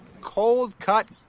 cold-cut